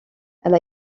elle